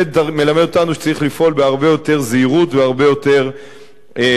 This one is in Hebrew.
זה מלמד אותנו שצריך לפעול בהרבה יותר זהירות ובהרבה יותר אחריות.